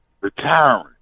retiring